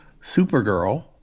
Supergirl